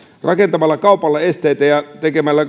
rakentamalla kaupalle esteitä ja tekemällä